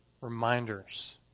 reminders